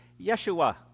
Yeshua